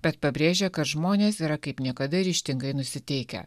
bet pabrėžė kad žmonės yra kaip niekada ryžtingai nusiteikę